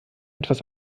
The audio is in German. etwas